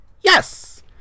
Yes